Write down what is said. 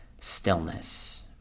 stillness